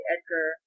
Edgar